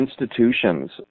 institutions